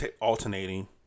alternating